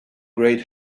great